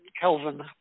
Kelvin